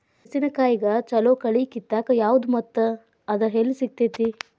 ಮೆಣಸಿನಕಾಯಿಗ ಛಲೋ ಕಳಿ ಕಿತ್ತಾಕ್ ಯಾವ್ದು ಮತ್ತ ಅದ ಎಲ್ಲಿ ಸಿಗ್ತೆತಿ?